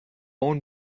اون